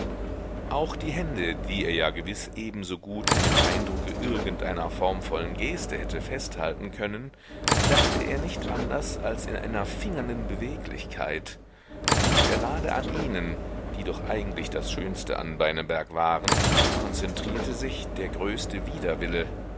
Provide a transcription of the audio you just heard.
auch die hände die er ja gewiß ebensogut in dem eindrucke irgendeiner formvollen geste hätte festhalten können dachte er nicht anders als in einer fingernden beweglichkeit und gerade an ihnen die doch eigentlich das schönste an beineberg waren konzentrierte sich der größte widerwille